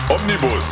omnibus